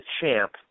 champ